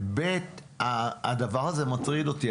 ב', הדבר הזה מטריד אותי.